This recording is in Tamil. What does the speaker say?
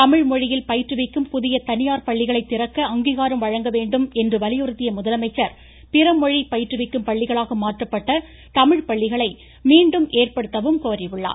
தமிழ் மொழியில் பயிற்றுவிக்கும் புதிய தனியார் பள்ளிகளை திறக்க அங்கீகாரம் வழங்க வேண்டும் என்று வலியுறுத்திய முதலமைச்சர் பிற மொழி பயிற்றுவிக்கும் பள்ளிகளாக மாற்றப்பட்ட தமிழ் பள்ளிகளை மீண்டும் ஏற்படுத்தவும் கோரியுள்ளார்